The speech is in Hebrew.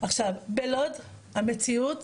בלוד המציאות